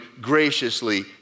graciously